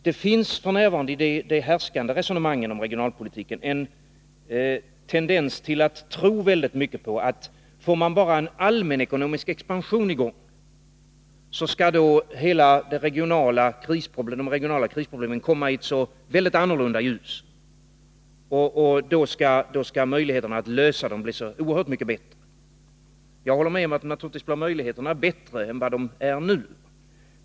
Det finns f.n. i de härskande resonemangen om regionalpolitiken en tendens att tro mycket på att om man bara får en allmänekonomisk expansion i gång, så skall de regionala krisproblemen komma i ett så helt annorlunda ljus, och då skall möjligheterna att lösa dem bli så oerhört mycket bättre. Jag håller med om att möjligheterna naturligtvis blir bättre än vad de är nu.